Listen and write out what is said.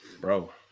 bro